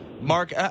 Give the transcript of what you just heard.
Mark